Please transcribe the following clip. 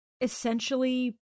essentially